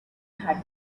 had